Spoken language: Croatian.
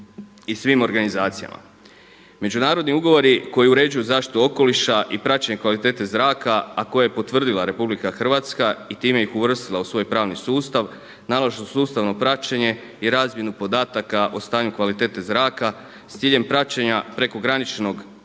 i svim organizacijama. Međunarodni ugovori koji uređuju zaštitu okoliša i praćenje kvalitete zraka a koje je potvrdila RH i time ih uvrstila u svoj pravni sustav, …/Govornik se ne razumije./… i razmjenu podataka o stanju kvalitete zraka s ciljem praćenja prekograničnog